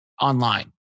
online